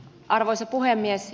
arvoisa puhemies